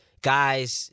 Guys